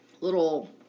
little